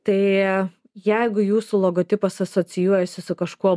tai jeigu jūsų logotipas asocijuojasi su kažkuo